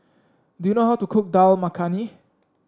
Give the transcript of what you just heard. do you know how to cook Dal Makhani